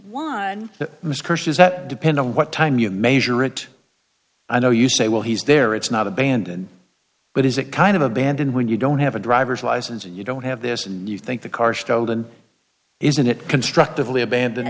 that depend on what time you measure it i know you say well he's there it's not abandoned but is a kind of abandon when you don't have a driver's license and you don't have this and you think the car stolen isn't it constructively abandon